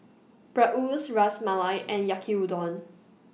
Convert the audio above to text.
Bratwurst Ras Malai and Yaki Udon